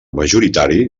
majoritari